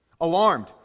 Alarmed